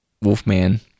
Wolfman